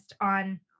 on